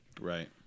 Right